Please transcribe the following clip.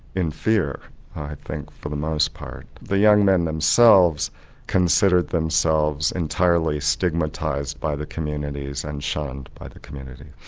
in fear i think for the most part. the young men themselves considered themselves entirely stigmatised by the communities and shunned by the community.